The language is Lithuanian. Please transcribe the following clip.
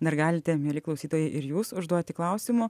dar galite mieli klausytojai ir jūs užduoti klausimų